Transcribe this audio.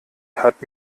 hat